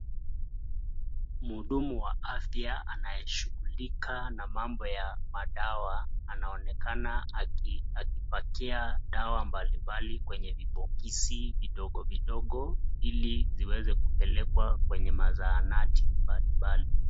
Mhudumu wa afya anayeshughulika na mambo ya madawa, anaonekana akipakia dawa mbali mbali kwenye vibokisi vidogo vidogo ili ziweze kupelekwa kwenye mazahanati mbali mbali.